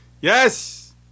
Yes